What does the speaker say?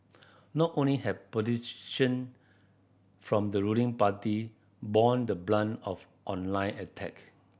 not only have politician from the ruling party borne the brunt of online attack